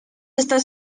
estas